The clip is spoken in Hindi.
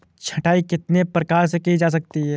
छँटाई कितने प्रकार से की जा सकती है?